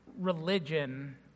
religion